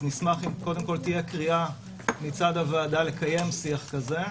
נשמח אם קודם כול תהיה קריאה מצד הוועדה לקיים שיח כזה,